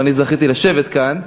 ואני זכיתי לשבת כאן.